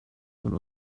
von